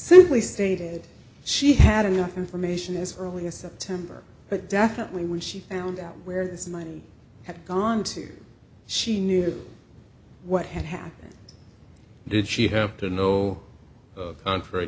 simply stated she had enough information as early as september but definitely when she found out where this money had gone to she knew what had happened did she have to know contrary